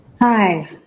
Hi